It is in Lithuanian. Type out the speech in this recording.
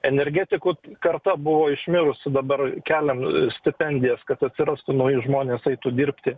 energetikų karta buvo išmirusi dabar keliam stipendijas kad atsirastų nauji žmonės eitų dirbti